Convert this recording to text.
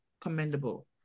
commendable